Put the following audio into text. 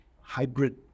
hybrid